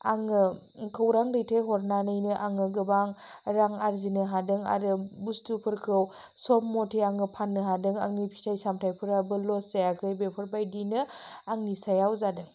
आङो खौरां दैथाय हरनानैनो आङो गोबां रां आरजिनो हादों आरो बुस्थुफोरखौ सम मथे आङो फाननो हादों आंनि फिथाइ सामथायफ्राबो लस जायाखै बेफोरबायदिनो आंनि सायाव जादों